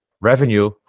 revenue